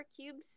cubes